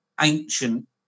ancient